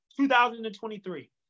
2023